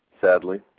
Sadly